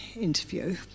interview